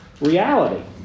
reality